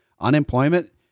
Unemployment